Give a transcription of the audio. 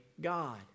God